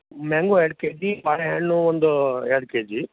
mango ಎರಡು K G ಬಾಳೆಹಣ್ಣು ಒಂದು ಎರಡು ಕೆ ಜಿ